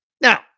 Now